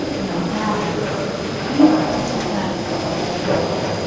but my dad he was obsessed with this name.